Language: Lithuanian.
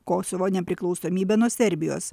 kosovo nepriklausomybę nuo serbijos